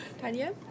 Tanya